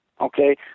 okay